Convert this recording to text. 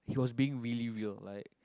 he was being really real like